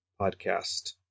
podcast